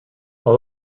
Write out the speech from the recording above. all